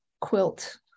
quilt